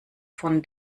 von